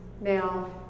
now